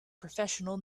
professional